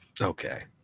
Okay